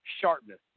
sharpness